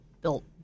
built